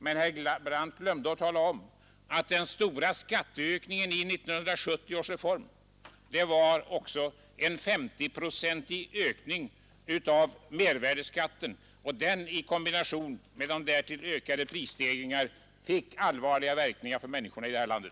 Men herr Brandt glömde bort att tala om den stora skatteökningen i 1970 års reform: den 50-procentiga ökningen av mervärdeskatten i kombination med de inträffade prisstegringarna fick allvarliga verkningar för människorna här i landet.